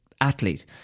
athlete